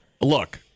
Look